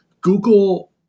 Google